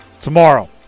tomorrow